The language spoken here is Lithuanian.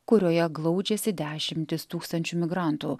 kurioje glaudžiasi dešimtys tūkstančių migrantų